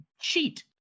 cheat